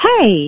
Hey